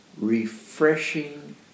refreshing